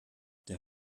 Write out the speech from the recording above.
der